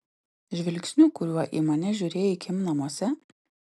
žvilgsniu kuriuo į mane žiūrėjai kim namuose